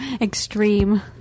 extreme